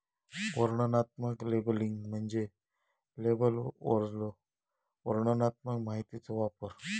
वर्णनात्मक लेबलिंग म्हणजे लेबलवरलो वर्णनात्मक माहितीचो वापर